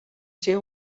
ser